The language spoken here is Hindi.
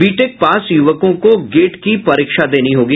बीटेक पास युवकों को गेट की परीक्षा देनी होगी